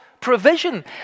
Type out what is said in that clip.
provision